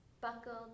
buckled